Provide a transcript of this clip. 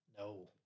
No